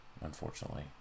Unfortunately